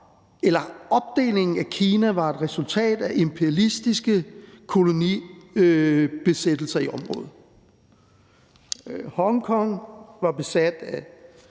fordi opdelingen af Kina var et resultat af imperialistiske kolonibesættelser i området. Hongkong var besat af